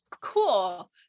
Cool